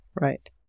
Right